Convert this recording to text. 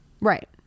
right